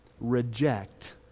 reject